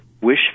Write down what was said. wish